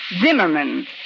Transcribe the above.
Zimmerman